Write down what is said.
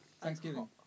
Thanksgiving